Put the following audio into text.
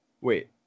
Wait